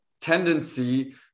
tendency